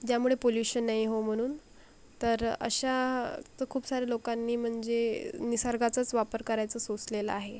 ज्यामुळे पोल्यूशन नाही होऊ म्हणून तर अशा तर खूप साऱ्या लोकांनी म्हणजे निसर्गाचाच वापर करायचा सोसलेलं आहे